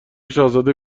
شاهزاده